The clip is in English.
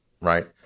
right